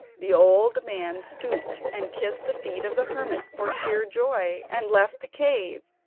the old man stooped and kissed the feet of the hermit for sheer joy, and left the cave.